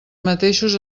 mateixos